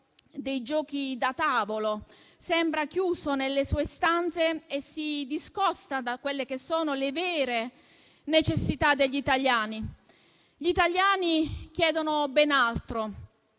dei giochi da tavolo, sembra chiuso nelle sue stanze e si discosta da quelle che sono le vere necessità degli italiani. Gli italiani chiedono ben altro.